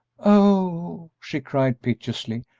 oh, she cried, piteously,